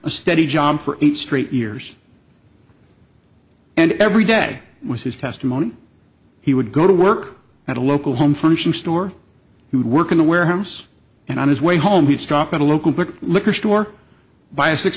a steady job for it straight years and every day with his testimony he would go to work at a local home furnishing store he would work in the warehouse and on his way home he'd stop at a local liquor store buy a six